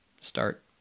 start